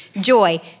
joy